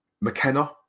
McKenna